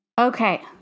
Okay